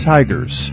Tigers